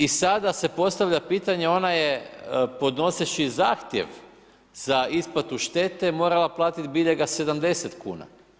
I sada se postavlja pitanje, ona je podnoseći zahtjev za isplatu štete morala platit biljega 70 kuna.